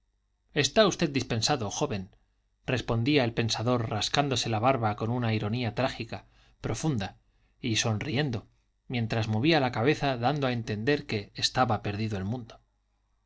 está usted dispensado joven respondía el pensador rascándose la barba con una ironía trágica profunda y sonriendo mientras movía la cabeza dando a entender que estaba perdido el mundo